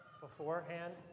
beforehand